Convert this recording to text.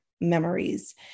memories